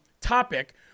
topic